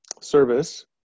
service